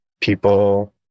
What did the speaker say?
people